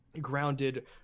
grounded